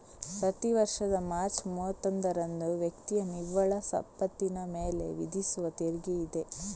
ಪ್ರತಿ ವರ್ಷದ ಮಾರ್ಚ್ ಮೂವತ್ತೊಂದರಂದು ವ್ಯಕ್ತಿಯ ನಿವ್ವಳ ಸಂಪತ್ತಿನ ಮೇಲೆ ವಿಧಿಸುವ ತೆರಿಗೆಯಿದೆ